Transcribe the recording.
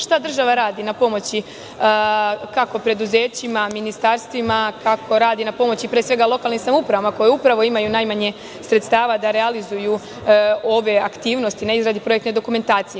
Šta država radi na pomoći kako preduzećima, ministarstvima, kako radi na pomoći pre svega lokalnim samoupravama, koje upravo imaju najmanje sredstava da realizuju ove aktivnosti na izradi projektne dokumentacije?